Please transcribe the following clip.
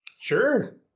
Sure